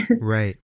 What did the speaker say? right